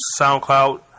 SoundCloud